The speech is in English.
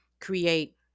create